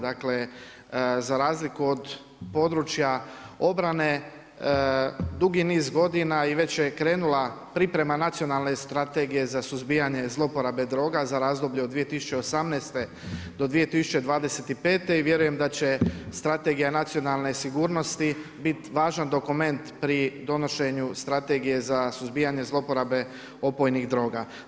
Dakle, za razliku od područja obrane, dugi niz godina i već je krenula priprema nacionalne strategije za suzbijanje zlouporabe droga za razdoblje za 2018. do 2025. i vjerujem da će strategija nacionalne sigurnosti biti važan dokument pri donošenju strategije za suzbijanje zlouporabe opojnih droga.